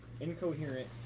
incoherent